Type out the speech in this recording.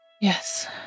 Yes